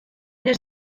des